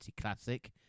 Classic